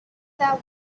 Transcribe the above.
that